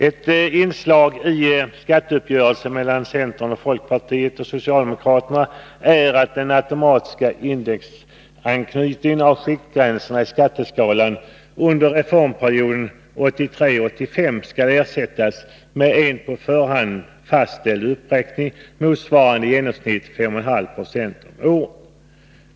Ett inslag i skatteuppgörelsen mellan centern, folkpartiet och socialdemokraterna är att den automatiska indexanknytningen av skiktgränserna i skatteskalan under reformperioden 1983-1985 skall ersättas med en på förhand fastställd uppräkning, motsvarande i genomsnitt 5,5 Zo om året.